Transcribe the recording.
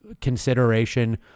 consideration